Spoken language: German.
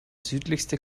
südlichste